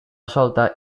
solta